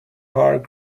heart